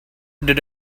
did